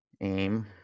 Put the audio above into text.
aim